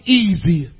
easy